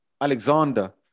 Alexander